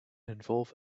involve